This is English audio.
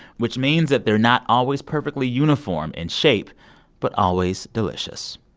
which means that they're not always perfectly uniform in shape but always delicious.